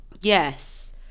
Yes